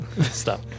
Stop